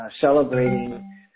celebrating